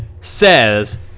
says